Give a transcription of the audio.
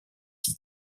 qui